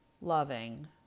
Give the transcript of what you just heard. loving